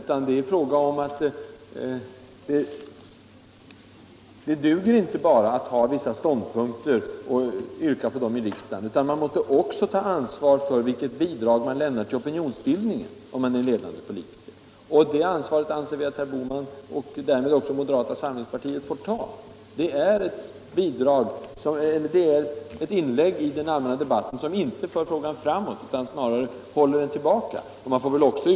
Vad det gäller är att det inte duger att bara ha vissa ståndpunkter och rösta för dem i riksdagen, utan man måste också ta ansvar för det bidrag man lämnar till opinionsbildningen, om man är ledamot av riksdagen. Det ansvaret anser jag att herr Bohman och därmed också moderata samlingspartiet får ta. Det gäller här ett inlägg i den allmänna debatten som inte för frågan framåt utan snarare håller utvecklingen tillbaka.